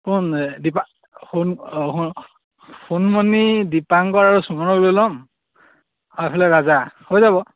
কোন দীপা সোন অঁ সো সোনমণি দীপাংকৰ আৰু শুভনক লৈ ল'ম আৰু এইফালে ৰাজা হৈ যাব